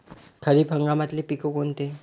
खरीप हंगामातले पिकं कोनते?